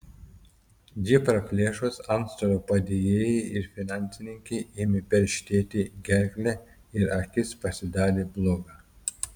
jį praplėšus antstolio padėjėjai ir finansininkei ėmė perštėti gerklę ir akis pasidarė bloga